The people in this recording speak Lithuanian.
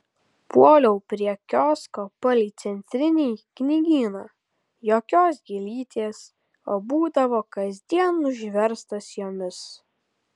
puoliau prie kiosko palei centrinį knygyną jokios gėlytės o būdavo kasdien užverstas jomis